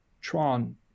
Tron